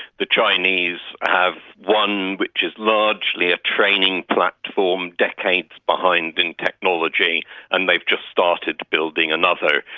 the chinese have one which is largely a training platform decades behind in technology and they've just started building another.